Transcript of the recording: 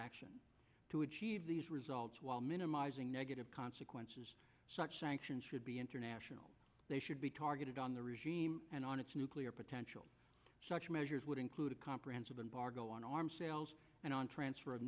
action to achieve these results while minimizing negative consequences such sanctions should be international they should be targeted on the regime and on its nuclear potential such measures would include a comprehensive and bargo on arms sales and on transfer of